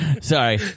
Sorry